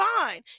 fine